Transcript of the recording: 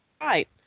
right